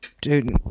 dude